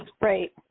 Right